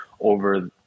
over